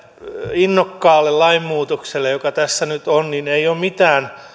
innokkaasti tehdylle lainmuutokselle joka tässä nyt on ei ole mitään